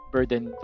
burden